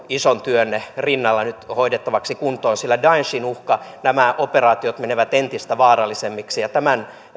ison työnne rinnalla hoidettavaksi kuntoon sillä on daeshin uhka ja nämä operaatiot menevät entistä vaarallisemmiksi ja tämän